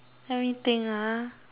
let me think ah mm